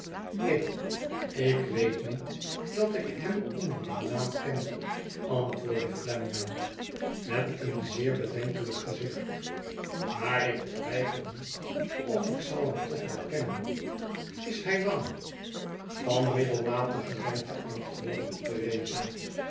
neen ik weet niet dat ik hem onder dien naam ken antwoordde flamwell met een zeer bedenkelijk gezicht maar ik twijfel niet of ik zal hem toch wel kennen is hij lang van middelmatige lengte antwoordde theresa